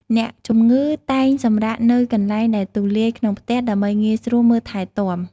អ្នកជំងឺតែងសម្រាកនៅកន្លែងដែលទូលាយក្នុងផ្ទះ ដើម្បីងាយស្រួលមើលថែទាំ។